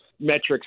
metrics